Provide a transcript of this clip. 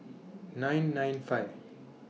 nine nine five